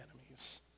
enemies